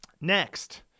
next